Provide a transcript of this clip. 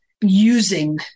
using